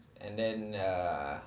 and then err